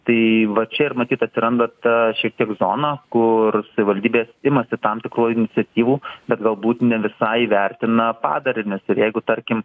tai va čia ir matyt atsiranda ta šiek tiek zona kur savivaldybės imasi tam tikrų iniciatyvų bet galbūt ne visai įvertina padarinius ir jeigu tarkim